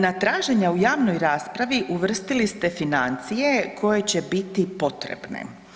Na traženja u javnoj raspravi uvrstili ste financije koje će biti potrebne.